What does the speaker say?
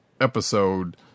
episode